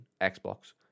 Xbox